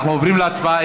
אנחנו עוברים להצבעה.